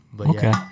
Okay